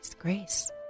Grace